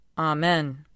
Amen